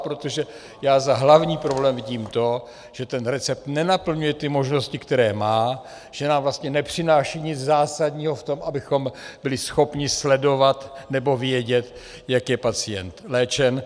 Protože já jako hlavní problém vidím to, že ten recept nenaplňuje ty možnosti, které má, že nám vlastně nepřináší nic zásadního v tom, abychom byli schopni sledovat nebo vědět, jak je pacient léčen.